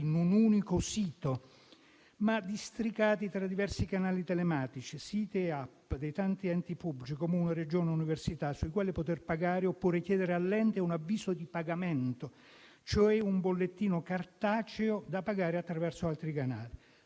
in un unico sito, ma districati tra diversi canali telematici, siti e app dei tanti enti pubblici, Comuni, Regioni e università, sui quali poter pagare oppure chiedere all’ente un avviso di pagamento, cioè un bollettino cartaceo, da pagare attraverso altri canali,